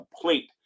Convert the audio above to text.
complete